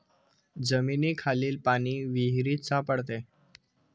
जमिनीखालील पाणी विहिरीत सापडते